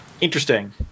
interesting